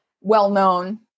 well-known